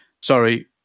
sorry